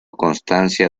constancia